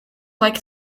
like